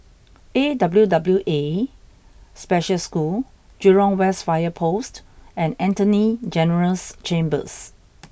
A W W A Special School Jurong West Fire Post and Attorney General's Chambers